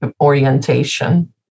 orientation